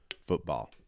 football